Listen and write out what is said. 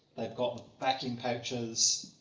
they've got vacuum pouches,